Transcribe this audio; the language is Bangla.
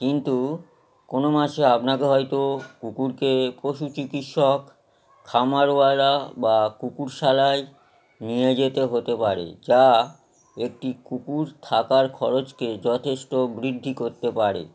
কিন্তু কোনো মাসে আপনাকে হয়তো কুকুরকে পশু চিকিৎসক খামারওয়ালা বা কুকুরশালায় নিয়ে যেতে হতে পারে যা একটি কুকুর থাকার খরচকে যথেষ্ট বৃদ্ধি করতে পারে